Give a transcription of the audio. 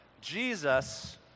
Jesus